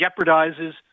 jeopardizes